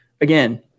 again